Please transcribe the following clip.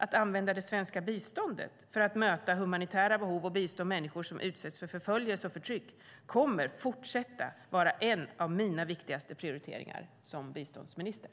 Att använda det svenska biståndet för att möta humanitära behov och bistå människor som utsätts för förföljelse och förtryck kommer att fortsätta vara en av mina viktigaste prioriteringar som biståndsminister.